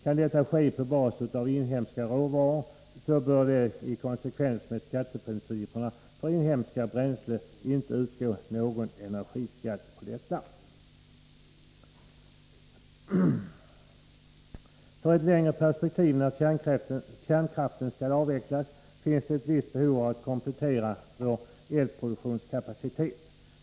Kan detta ske på bas av inhemska råvaror bör det i konsekvens med skatteprinciperna för inhemska bränslen inte utgå någon energiskatt. I ett längre perspektiv, när kärnkraften skall avvecklas, finns det ett visst behov av att komplettera vår elproduktionskapacitet.